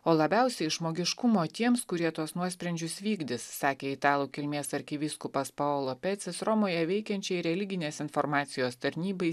o labiausiai žmogiškumo tiems kurie tuos nuosprendžius vykdys sakė italų kilmės arkivyskupas paulo pecis romoje veikiančiai religinės informacijos tarnybai